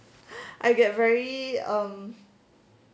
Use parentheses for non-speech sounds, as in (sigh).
(laughs) I get very um